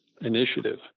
initiative